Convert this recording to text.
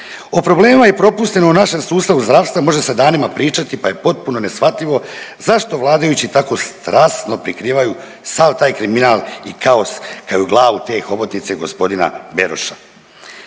O problemima i propustima u našem sustavu zdravstva može se danima pričati pa je potpuno neshvatljivo zašto vladajući tako strasno prikrivaju sav taj kriminal i kaos kao i glavu te hobotnice g. Beroša.